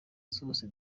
zose